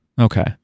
Okay